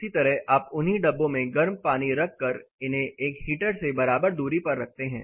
इसी तरह आप उन्हीं डब्बों में गर्म पानी रख कर इन्हें एक हीटर से बराबर दूरी पर रखते हैं